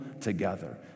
together